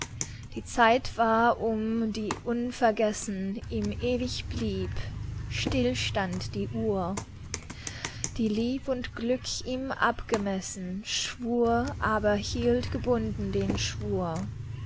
die zeit war um die unvergessen ihm ewig blieb still stand die uhr die lieb und glück ihm abgemessen schwur aber hielt gebunden den schwur